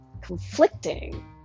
conflicting